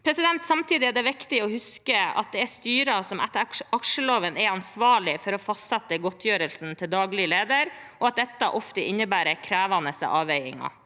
Samtidig er det viktig å huske at det er styrene som etter aksjeloven er ansvarlige for å fastsette godtgjørelsen til daglig leder, og at dette ofte innebærer krevende avveininger.